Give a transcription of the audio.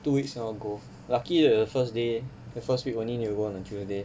two weeks never go lucky the first day the first week only need to go on the tuesday